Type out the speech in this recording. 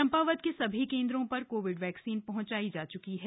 चम्पावत के सभी केंद्रों पर कोविड वैक्सीन पहंचाई जा च्की है